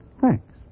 Thanks